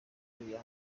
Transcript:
bambuye